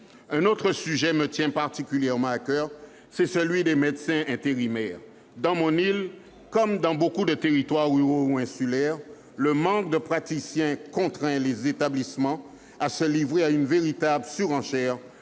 Un autre sujet me tient tout particulièrement à coeur : c'est celui des médecins intérimaires. Dans mon île, comme dans beaucoup de territoires ruraux ou insulaires, le manque de praticiens contraint les établissements à se livrer à une véritable surenchère